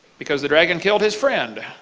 because it like and killed his friend.